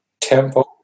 Tempo